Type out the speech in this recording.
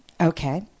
Okay